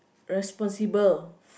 responsible